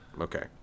Okay